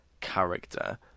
character